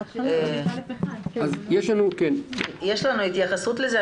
יש לנו התייחסות לזה?